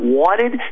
wanted